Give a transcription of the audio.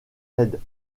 raids